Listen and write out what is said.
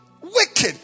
Wicked